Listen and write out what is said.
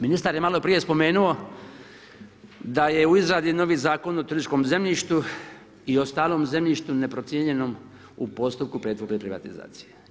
Ministar je malo prije spomenuo da je u izradi novi Zakon o tržišnom zemljištu i ostalom zemljištu neprocijenjenom u postupku pretvorbe i privatizacije.